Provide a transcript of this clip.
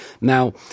Now